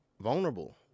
vulnerable